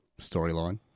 storyline